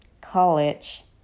college